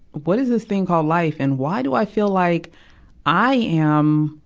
what is this thing called life, and why do i feel like i am,